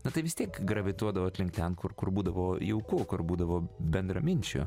na tai vis tiek gravituodavot link ten kur kur būdavo jauku kur būdavo bendraminčių